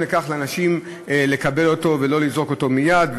בכך לאנשים לקבל אותו ולא לזרוק אותו מייד,